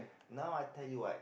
now I tell you what